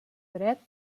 dret